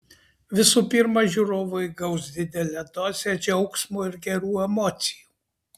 visų pirma žiūrovai gaus didelę dozę džiaugsmo ir gerų emocijų